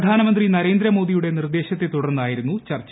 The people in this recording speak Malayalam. പ്രധാനമന്ത്രി നരേന്ദ്രമോദിയുടെ നിർദേശത്തെ തുടർന്നായിരുന്നു ചർച്ച